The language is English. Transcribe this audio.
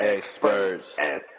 Experts